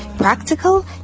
Practical